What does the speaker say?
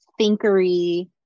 thinkery